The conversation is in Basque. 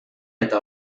eta